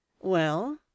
Well